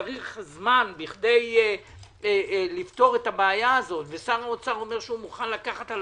ושצריך זמן כדי לפתור את הבעיה הזו ושר האוצר אומר שהוא מוכן לקחת על